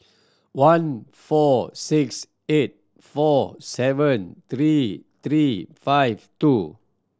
one four six eight four seven three three five two